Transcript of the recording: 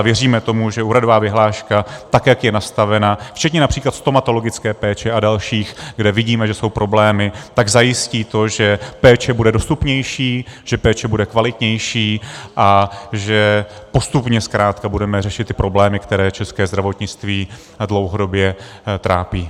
Věříme tomu, že úhradová vyhláška, tak jak je nastavena, včetně například stomatologické péče a dalších, kde vidíme, že jsou problémy, zajistí to, že péče bude dostupnější, že péče bude kvalitnější a že postupně budeme zkrátka řešit ty problémy, které české zdravotnictví dlouhodobě trápí.